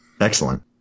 Excellent